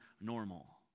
normal